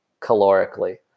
calorically